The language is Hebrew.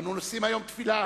אנו נושאים היום תפילה